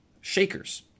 shakers